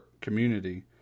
community